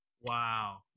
Wow